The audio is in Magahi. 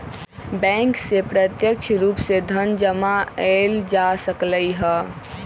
बैंक से प्रत्यक्ष रूप से धन जमा एइल जा सकलई ह